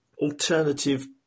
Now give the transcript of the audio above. alternative